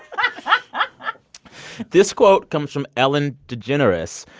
but this quote comes from ellen degeneres,